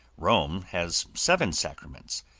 rome has seven sacraments,